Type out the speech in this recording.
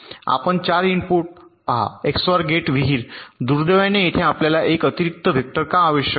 आपले 4 इनपुट पहा XOR gate विहीर दुर्दैवाने येथे आपल्याला 1 अतिरिक्त वेक्टर का आवश्यक आहे